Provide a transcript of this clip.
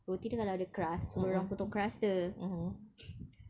roti dia kalau ada crust suruh dia orang potong crust dia